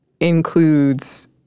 includes